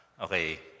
Okay